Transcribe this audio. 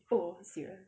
oh serious